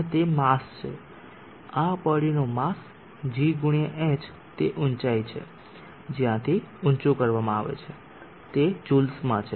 અને તે માસ છે આ બોડી નો માસ g × h તે ઉંચાઇ છે જ્યાથી ઉચું કરવામાં આવે છે તે જૂલ્સમાં છે